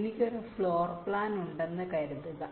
എനിക്ക് ഒരു floor plan ഉണ്ടെന്ന് കരുതുക